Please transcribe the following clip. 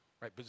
Right